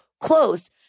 close